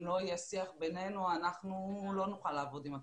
אם לא יהיה שיח בינינו אנחנו לא נוכל לעבוד עם הקהילה.